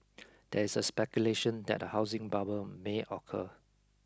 there is a speculation that a housing bubble may occur